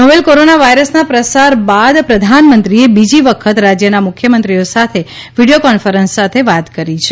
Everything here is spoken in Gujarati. નોવેલ કોરોના વાયરસના પ્રસાર બાદ પ્રધાનમંત્રીએ બીજી વખત રાજ્યના મુખ્યમંત્રીઓ સાથે વીડીયો કોન્ફરન્સ સાથે વાત કરી છે